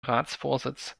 ratsvorsitz